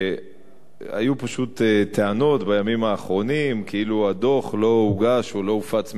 היו פשוט טענות בימים האחרונים כאילו הדוח לא הוגש או לא הופץ מייד.